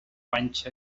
panxa